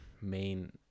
main